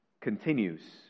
continues